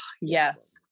Yes